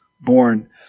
born